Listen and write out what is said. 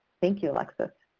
thank you, alexis.